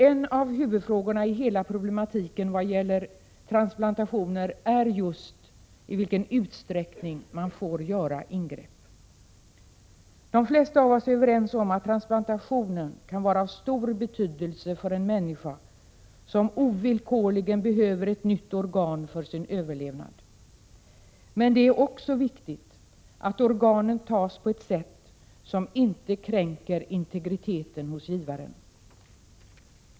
En av huvudfrågorna i hela problematiken vad gäller transplantationer är just i vilken utsträckning man får göra ingrepp. De flesta av oss är överens om att transplantationen kan vara av stor betydelse för en människa som ovillkorligen behöver ett nytt organ för sin överlevnad. Men det är också viktigt att man tar organen på ett sådant sätt att man inte kränker integriteten hos givaren.